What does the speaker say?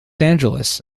angeles